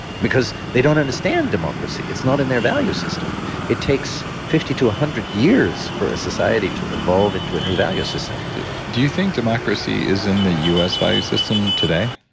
because they don't understand democracy, it's not in their value system it takes fifty to one hundred years for a society to evolve into a new value system do you think democracy is in the u s. value system today?